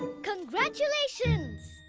congratulations!